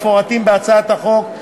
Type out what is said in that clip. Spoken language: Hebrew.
המפורטים בהצעת החוק,